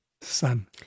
son